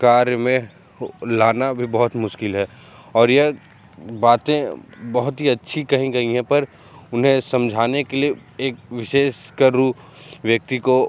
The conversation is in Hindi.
कार्य में हो लाना भी बहुत मुश्किल है और यह बातें बहुत ही अच्छी कहीं गईं हैं पर उन्हें समझाने के लिए एक विशेष कर रूप व्यक्ति को